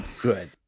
good